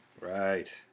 Right